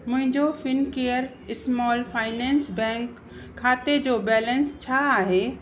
मुंहिंजो Fincare small finance bank खाते जो बैलेंस छा आहे